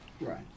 Right